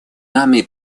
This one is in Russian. нами